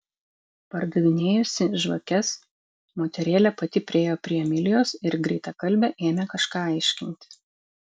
pardavinėjusi žvakes moterėlė pati priėjo prie emilijos ir greitakalbe ėmė kažką aiškinti